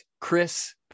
Chris